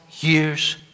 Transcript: years